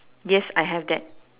yes I have that